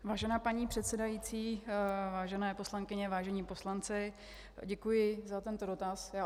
Vážená paní předsedající, vážené poslankyně, vážení poslanci, děkuji za tento dotaz.